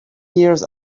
years